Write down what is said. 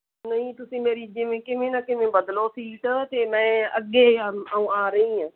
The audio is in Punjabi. ਨਹੀਂ ਤੁਸੀਂ ਮੇਰੀ ਜਿਵੇਂ ਕਿਵੇਂ ਨਾ ਕਿਵੇਂ ਬਦਲੋ ਸੀਟ ਅਤੇ ਮੈਂ ਅੱਗੇ ਆ ਰਹੀ ਆ